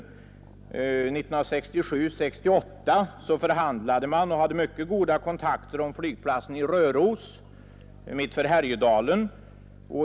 År 1967—1968 förhandlade man och hade mycket goda kontakter om flygplatsen i Röros, mittemot Härjedalen.